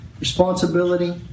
responsibility